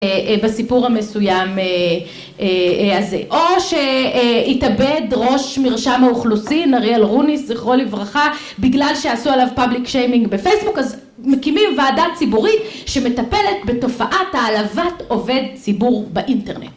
בסיפור המסוים הזה. או שהתאבד ראש מרשם האוכלוסין אריאל רוני זכרו לברכה בגלל שעשו עליו פאבליק שיימינג בפייסבוק אז מקימים ועדה ציבורית שמטפלת בתופעת העלבת עובד ציבור באינטרנט